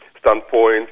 standpoint